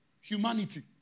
humanity